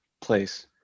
place